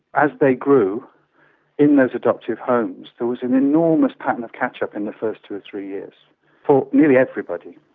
as they grew in those adoptive homes, there was an enormous pattern of catch up in the first two or three years for nearly everybody.